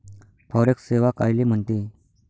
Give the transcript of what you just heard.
Forex सेवा कायले म्हनते?